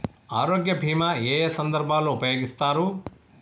ఆరోగ్య బీమా ఏ ఏ సందర్భంలో ఉపయోగిస్తారు?